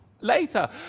later